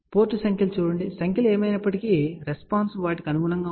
కాబట్టి పోర్ట్ సంఖ్యలను చూడండి సంఖ్యలు ఏమైనప్పటికీ రెస్పాన్స్ దానికి అనుగుణంగా ఉంటుంది